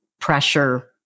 pressure